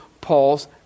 Paul's